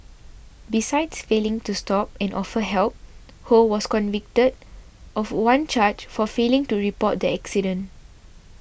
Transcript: besides failing to stop and offer help Ho was convicted of one charge for failing to report the accident